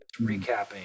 recapping